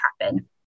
happen